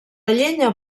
llenya